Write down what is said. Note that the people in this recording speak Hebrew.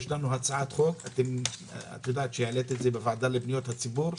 יש לנו הצעת חוק העליתי את זה בוועדה לפניות הציבור.